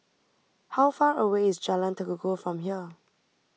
how far away is Jalan Tekukor from here